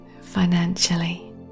financially